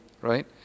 right